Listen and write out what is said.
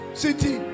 city